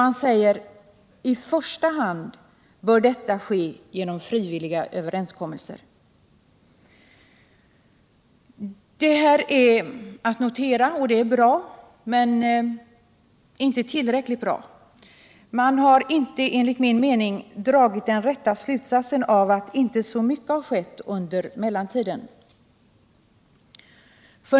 Man säger nämligen: ”I första hand bör detta ske genom frivilliga överenskommelser.” Detta är att notera, och det är bra men inte tillräckligt bra. Man har enligt min mening inte dragit den rätta slutsatsen av att så mycket inte har skett under mellantiden.